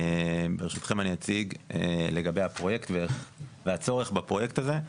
ברשותכם אני אציג לגבי הפרויקט והצורך בפרויקט הזה.